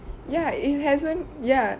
ya it hasn't ya